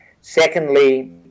secondly